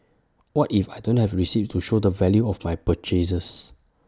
what if I don't have receipts to show the value of my purchases